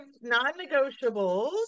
non-negotiables